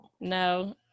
No